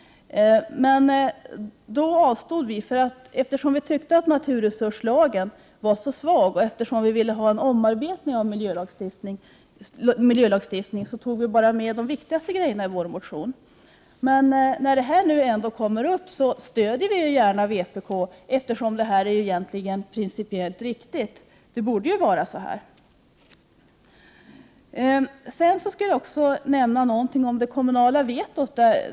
Vi avstod då. Eftersom vi har tyckt att naturresurslagen är så svag och eftersom vi ville ha en omarbetning av miljölagstiftningen, tog vi bara med det som vi tyckte var viktigast i vår motion. När frågan ändå kommit upp på detta sätt stödjer vi gärna vpk, eftersom vi tycker att det borde vara så som föreslås i reservationen. Det är ju egentligen principiellt riktigt. Jag vill vidare nämna något om det kommunala vetot.